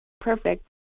perfect